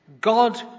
God